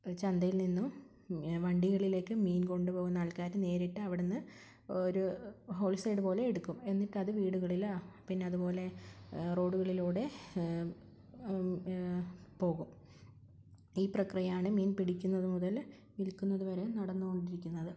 ചന്തയിൽ നിന്നും വണ്ടികളിലേക്ക് മീൻ കൊണ്ടുപോകുന്ന ആൾക്കാർ നേരിട്ട് അവിടെ നിന്ന് ഒരു ഹോൾസെയിൽ പോലെ എടുക്കും എന്നിട്ടത് വീടുകളിലോ പിന്നതുപോലെ റോഡുകളിലൂടെ പോകും ഈ പ്രക്രിയയാണ് മീൻ പിടിക്കുന്നത് മുതൽ വിൽക്കുന്നതു വരെ നടന്നുകൊണ്ടിരിക്കുന്നത്